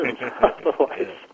otherwise